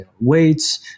weights